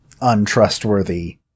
untrustworthy